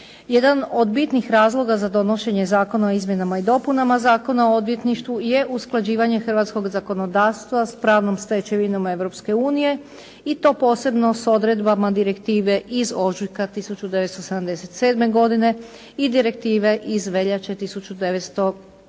Jedan od bitnih razloga za donošenje Zakona o izmjenama i dopunama Zakona o odvjetništvu je usklađivanje hrvatskog zakonodavstva s pravnom stečevinom Europske unije i to posebno s odredbama direktive iz ožujka 1977. godine i direktive iz veljače 1998.